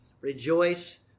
rejoice